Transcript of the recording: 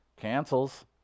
Cancels